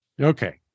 Okay